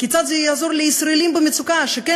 כיצד זה יעזור לישראלים במצוקה שכן